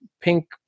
pink